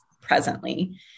presently